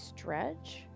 stretch